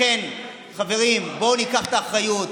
לכן, חברים, בואו ניקח אחריות.